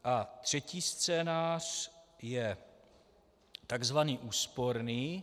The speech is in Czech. A třetí scénář je tzv. úsporný.